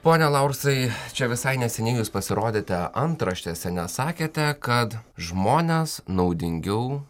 pone laursai čia visai neseniai jūs pasirodėte antraštėse nes sakėte kad žmones naudingiau